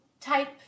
type